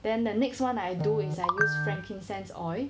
then the next one I do is like I use frankincense oil